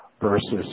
versus